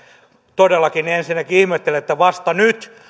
todellakin ensinnäkin ihmettelen että vasta nyt